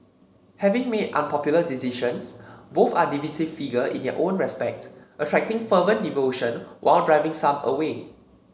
having made unpopular decisions both are divisive figure in their own respect attracting fervent devotion while driving some away